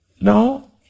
no